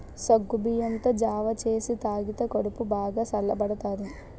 సగ్గుబియ్యంతో జావ సేసి తాగితే కడుపు బాగా సల్లబడతాది